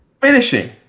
Finishing